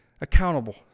accountable